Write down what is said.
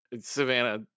Savannah